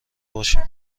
باشیم